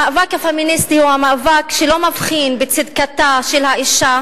המאבק הפמיניסטי הוא המאבק שלא מבחין בין צדקתה של האשה